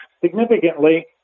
significantly